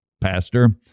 Pastor